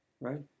right